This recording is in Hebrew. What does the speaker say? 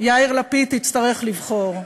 יאיר לפיד, תצטרך לבחור,